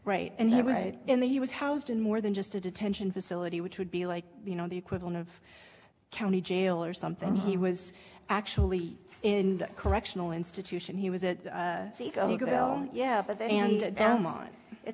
right and i was in that he was housed in more than just a detention facility which would be like you know the equivalent of county jail or something he was actually in a correctional institution he was at yeah